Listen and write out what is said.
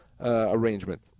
arrangement